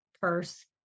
purse